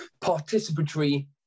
participatory